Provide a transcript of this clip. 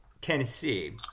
Tennessee